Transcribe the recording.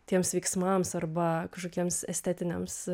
tiems veiksmams arba kažkokiems estetiniams